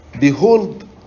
behold